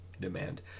demand